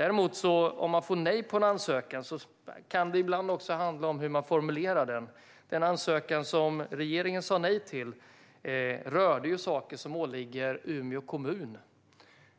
Ett nej på en ansökan kan ibland handla om hur den formulerats. Den ansökan som regeringen sa nej till rörde saker som åligger Umeå kommun.